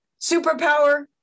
superpower